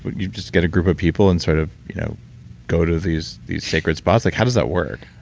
but you just get a group of people and sort of you know go to these these sacred spots? like how does that work?